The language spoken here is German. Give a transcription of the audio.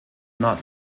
not